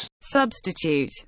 Substitute